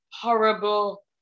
horrible